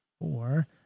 four